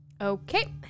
Okay